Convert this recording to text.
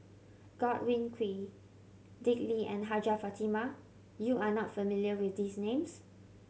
Godwin Koay Dick Lee and Hajjah Fatimah You are not familiar with these names